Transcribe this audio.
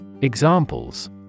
Examples